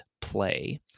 play